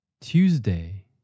Tuesday